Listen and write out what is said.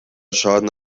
schaden